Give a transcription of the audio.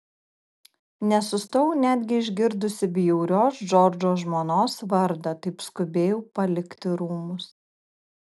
nesustojau netgi išgirdusi bjaurios džordžo žmonos vardą taip skubėjau palikti rūmus